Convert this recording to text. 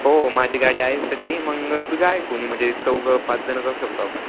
हो माझी गाडी आहेच तशी मग तुझं आहे कोणी म्हणजे चौघं पाच जण जाऊ शकतो आपण